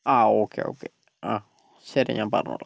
ആ okay okay അ ശരി ഞാൻ പറഞ്ഞോളാം